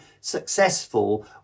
successful